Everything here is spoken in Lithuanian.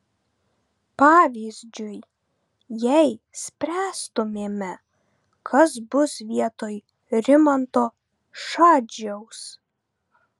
pavyzdžiui jei spręstumėme kas bus vietoj rimanto šadžiaus